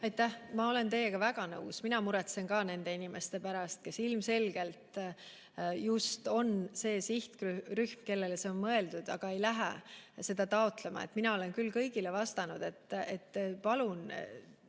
Aitäh! Ma olen teiega väga nõus. Mina muretsen ka nende inimeste pärast, kes ilmselgelt just on see sihtrühm, kellele toetus on mõeldud, aga nad ei lähe seda taotlema. Mina olen küll kõigile vastanud, et palun